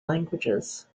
languages